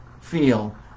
feel